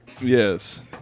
Yes